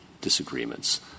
disagreements